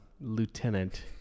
Lieutenant